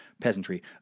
peasantry